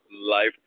Life